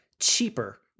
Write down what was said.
cheaper